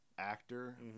actor